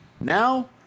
Now